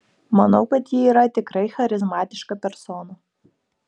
manau kad ji yra tikrai charizmatiška persona